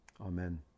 Amen